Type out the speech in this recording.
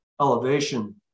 elevation